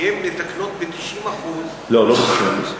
כי הן מתקנות ב-90% לא, לא ב-90%.